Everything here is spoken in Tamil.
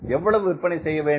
எவ்வளவு விற்பனை செய்ய வேண்டும்